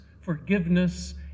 forgiveness